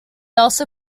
also